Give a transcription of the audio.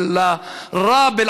התהילה לאלוהים ריבּון